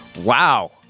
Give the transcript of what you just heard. Wow